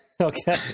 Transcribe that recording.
Okay